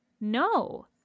No